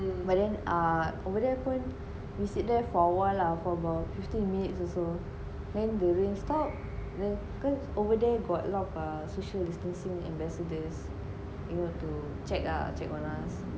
but then err over there pun we sit there for a while lah for about fifteen minutes also then the rain stop the cause over there got a lot of err social distancing ambassadors they want to check ah check on us